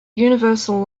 universal